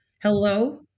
hello